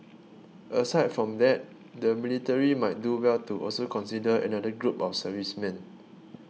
aside from that the military might do well to also consider another group of servicemen